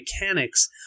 mechanics